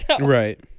Right